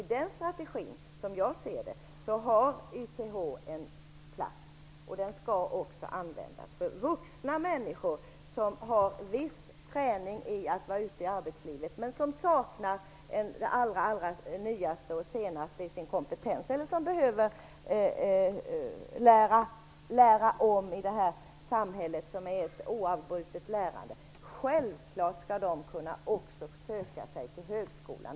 I den strategin har YTH en plats, och den skall också användas. Vuxna som har viss träning i att vara ute i arbetslivet, men som saknar de allra nyaste kunskaperna eller som, i detta samhälle med ett oavbrutet lärande, behöver lära om, skall självfallet också kunna söka sig till högskolan.